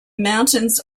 mountains